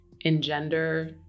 engender